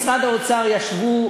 משרד האוצר ישבו,